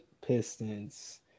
Pistons